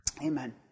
Amen